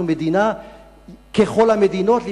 אנחנו מדינה ככל המדינות,